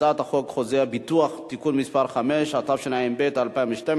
הצעת חוק חוזה הביטוח (תיקון מס' 5), התשע"ב 2012,